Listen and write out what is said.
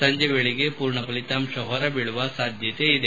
ಸಂಜೆ ವೇಳೆಗೆ ಪೂರ್ಣ ಫಲಿತಾಂಶ ಹೊರಬೀಳುವ ಸಾಧ್ಯತೆ ಇದೆ